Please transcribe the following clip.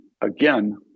again